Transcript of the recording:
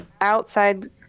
outside